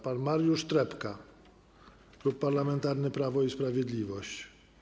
Pan Mariusz Trepka, Klub Parlamentarny Prawo i Sprawiedliwość.